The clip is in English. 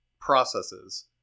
processes